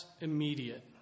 immediate